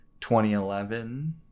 2011